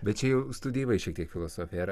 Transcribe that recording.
bet čia jau studijavai šiek tiek filosofiją ar